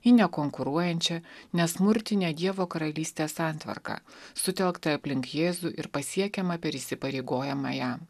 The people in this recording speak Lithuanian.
į nekonkuruojančią nesmurtinę dievo karalystės santvarką sutelktą aplink jėzų ir pasiekiamą per įsipareigojimą jam